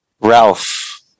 Ralph